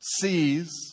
sees